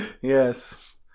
Yes